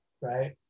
right